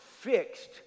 fixed